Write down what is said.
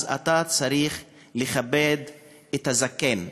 אז אתה צריך לכבד את הזקן.